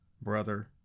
brother